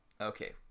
Okay